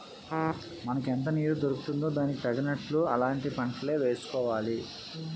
మనకెంత నీరు దొరుకుతుందో దానికి తగినట్లు అలాంటి పంటలే వేసుకోవాలి